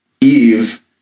Eve